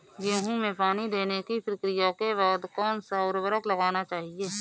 गेहूँ में पानी देने की प्रक्रिया के बाद कौन सा उर्वरक लगाना चाहिए?